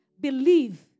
Believe